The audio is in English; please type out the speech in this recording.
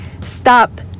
stop